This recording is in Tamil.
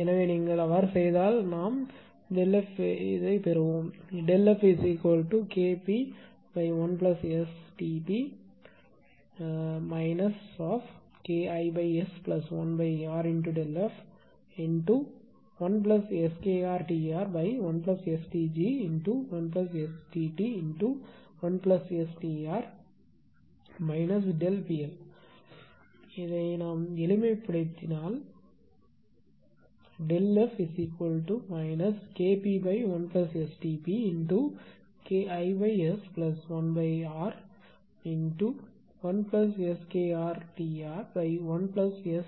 எனவே நீங்கள் செய்தால் நாம் பெறுவோம் FKp1STp KIS1RΔF1SKrTr1STg1STt1STr PL இதை எளிமைப்படுத்தினால் F Kp1STpKIS1R1SKrTr1STg1STt1STrΔF PLKP1STp